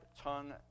tongue